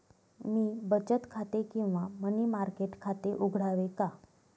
मी बचत खाते किंवा मनी मार्केट खाते उघडावे का?